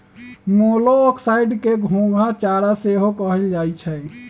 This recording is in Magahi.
मोलॉक्साइड्स के घोंघा चारा सेहो कहल जाइ छइ